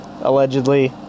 allegedly